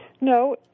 No